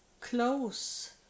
close